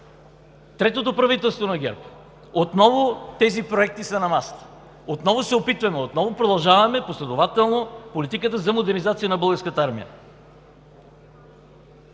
третото правителство на ГЕРБ отново тези проекти са на масата – отново се опитваме, отново продължаваме последователно политиката за модернизация на Българската армия.